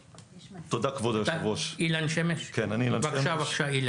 אילן שמש, בבקשה.